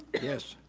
yes.